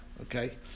okay